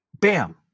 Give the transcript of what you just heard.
bam